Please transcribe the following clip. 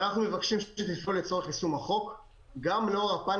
אנחנו מבקשים שתפעלו ליישום החוק גם לאור הפן